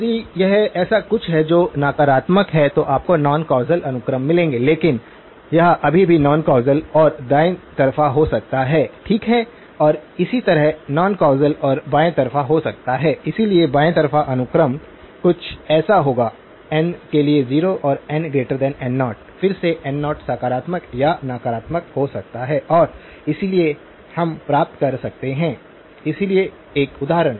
यदि यह ऐसा कुछ है जो नकारात्मक है तो आपको नॉन कौसल अनुक्रम मिलेंगे लेकिन यह अभी भी नॉन कौसल और दाएं तरफा हो सकता है ठीक है और इसी तरह नॉन कौसल और बाएं तरफा हो सकता है इसलिए बाएं तरफा अनुक्रम कुछ ऐसा होगा n के लिए 0 है nn0 फिर से n0 सकारात्मक या नकारात्मक हो सकता है और इसलिए हम प्राप्त कर सकते हैं इसलिए एक उदाहरण